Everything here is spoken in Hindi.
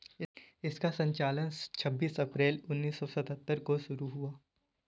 इसका संचालन छब्बीस अप्रैल उन्नीस सौ सत्तर को शुरू हुआ